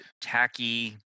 tacky